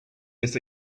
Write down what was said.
this